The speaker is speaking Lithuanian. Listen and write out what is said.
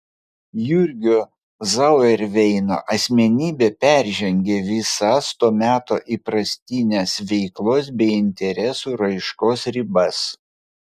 jurgio zauerveino asmenybė peržengė visas to meto įprastines veiklos bei interesų raiškos ribas